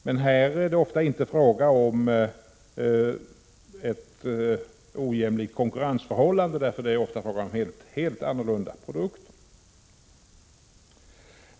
Men här är det inte fråga om ett ojämlikt konkurrensförhållande. Det gäller ofta helt annorlunda produkter.